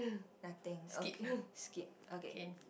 nothing okay skip okay